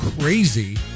crazy